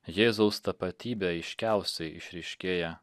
jėzaus tapatybė aiškiausiai išryškėja